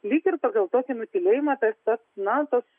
lyg ir pagal tokį nutylėjimą tiesiog na tos